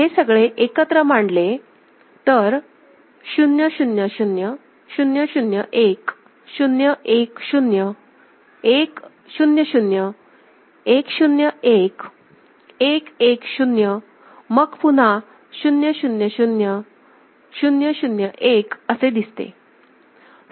हे सगळे एकत्र मांडले तर 0 0 0 0 0 1 0 1 0 1 0 0 1 0 1 1 1 0 मग पुन्हा 0 0 0 0 0 1 असे दिसते